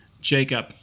Jacob